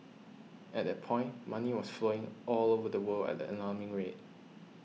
at that point money was flowing all over the world at an alarming rate